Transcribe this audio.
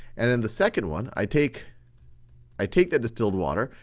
and in the second one i take i take that distilled water,